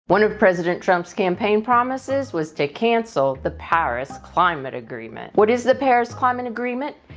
one of president trump's campaign promises was to cancel the paris climate agreement. what is the paris climate agreement?